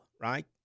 right